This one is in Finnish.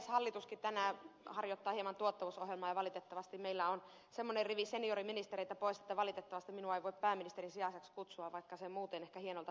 hallituskin harjoittaa tänään hieman tuottavuusohjelmaa ja valitettavasti meillä on semmoinen rivi senioriministereitä pois että valitettavasti minua ei voi pääministerin sijaiseksi kutsua vaikka se muuten ehkä hienolta tuntuisikin